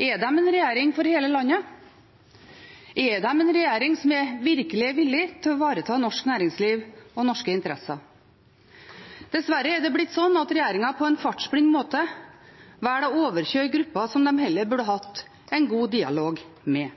Er de en regjering for hele landet? Er de en regjering som virkelig er villig til å ivareta norsk næringsliv og norske interesser? Dessverre har det blitt slik at regjeringen på en fartsblind måte velger å overkjøre grupper som de heller burde hatt en god dialog med.